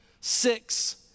six